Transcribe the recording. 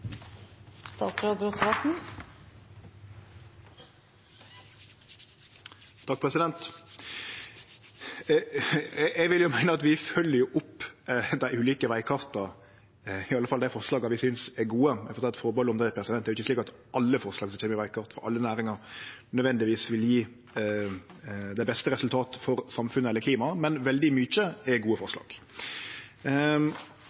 Eg vil jo meine at vi følgjer opp dei ulike vegkarta, i alle fall dei forslaga vi synest er gode. Eg må ta eit atterhald om det. Det er jo ikkje slik at alle forslag til vegkart i alle næringar nødvendigvis vil gje det beste resultatet for samfunnet eller klimaet. Men veldig mykje er gode